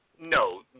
no